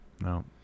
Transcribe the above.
No